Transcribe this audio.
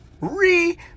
Re